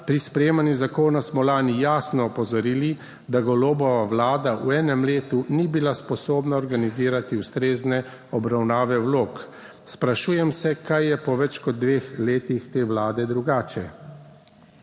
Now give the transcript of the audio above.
(nadaljevanje) lani jasno opozorili, da Golobova vlada v enem letu ni bila sposobna organizirati ustrezne obravnave vlog. Sprašujem se, kaj je po več kot dveh letih te Vlade drugače?